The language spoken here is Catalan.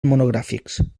monogràfics